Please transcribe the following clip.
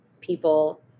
people